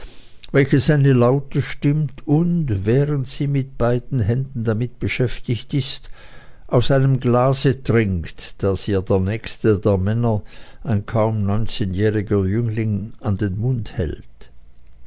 welches eine laute stimmt und während sie mit beiden händen damit beschäftigt ist aus einem glase trinkt das ihr der nächste der männer ein kaum neunzehnjähriger jüngling an den mund hält